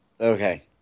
Okay